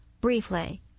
briefly